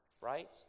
Right